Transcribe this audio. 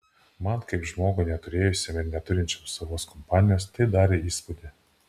man kaip žmogui neturėjusiam ir neturinčiam savos kompanijos tai darė įspūdį